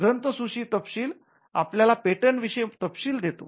ग्रंथसूची तपशील आपल्याला पेटंट विषयी तपशील देतो